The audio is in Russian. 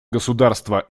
государства